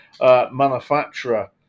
manufacturer